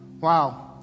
Wow